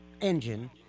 engine